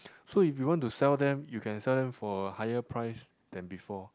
so if you want to sell them you can sell them for higher price than before